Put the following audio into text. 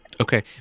Okay